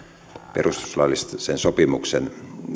perustuslaillisen sopimuksen